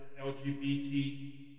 LGBT